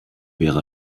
wäre